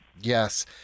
yes